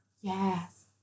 yes